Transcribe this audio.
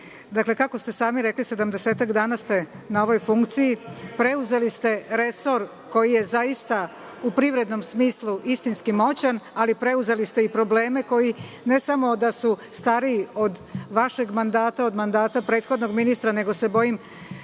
ministre, kako ste sami rekli, 70 dana ste na ovoj funkciji, preuzeli ste resor koji je zaista u privrednom smislu istinski moćan, ali preuzeli ste i probleme koji ne samo da su stariji od vašeg mandata, od mandata prethodnog ministra, nego se bojim